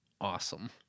awesome